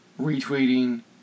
retweeting